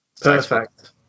Perfect